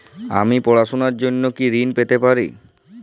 আমি পড়াশুনার জন্য কি ঋন পেতে পারি?